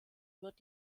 wird